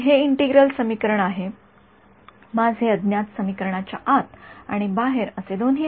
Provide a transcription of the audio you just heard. हे इंटिग्रल समीकरण आहे माझे अज्ञात समीकरणाच्या आत आणि बाहेर असे दोन्ही आहे